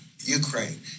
Ukraine